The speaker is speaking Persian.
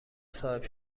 صاحب